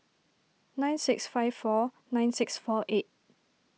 nine six five four nine six four eight